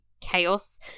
chaos